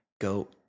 go